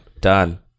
done